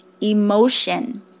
emotion